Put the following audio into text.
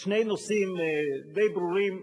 שני נושאים די ברורים,